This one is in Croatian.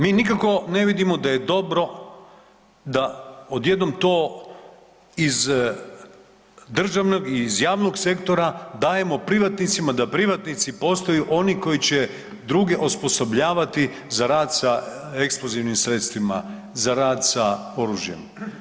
Mi nikako ne vidimo da je dobro da odjednom to iz državnog i iz javnog sektora dajemo privatnicima da privatnici postaju oni koji će druge osposobljavati za rad sa eksplozivnim sredstvima, za rad sa oružjem.